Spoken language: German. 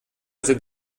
sind